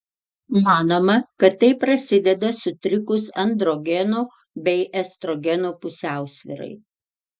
manoma kad tai prasideda sutrikus androgenų bei estrogenų pusiausvyrai